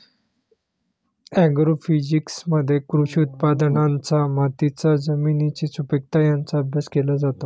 ॲग्रोफिजिक्समध्ये कृषी उत्पादनांचा मातीच्या जमिनीची सुपीकता यांचा अभ्यास केला जातो